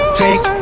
take